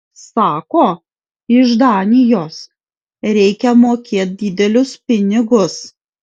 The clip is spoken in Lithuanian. sako iš danijos reikia mokėt didelius pinigus